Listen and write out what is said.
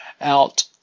Out